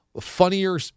funnier